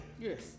Yes